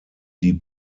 die